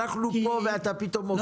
אנחנו פה ואתה פתאום מופיע.